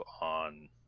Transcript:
on